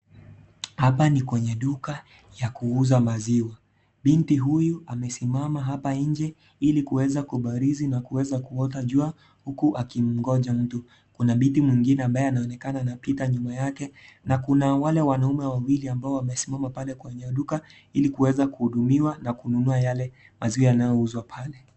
Hapa ni kwenye duka ya kuuza maziwa, binti huyu amesimama hapa nje ili kuweza kubarizi na kuweza kuota jua huku akimngoja mtu. Kuna binti mwingine ambaye anaonekana anapita nyuma yake na kuna wale wanaume wawili ambao wamesimama pale kwenye duka ili kuweza kuhudumiwa na kununua yale maziwa yanayouzwa pale.